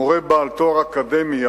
מורה בעל תואר אקדמי,